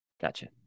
Gotcha